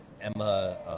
Emma